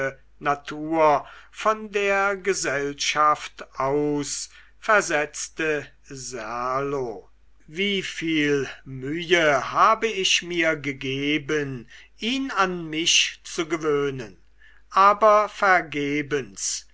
natur von der gesellschaft aus versetzte serlo wieviel mühe habe ich mir gegeben ihn an mich zu gewöhnen aber vergebens